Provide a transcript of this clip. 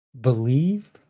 Believe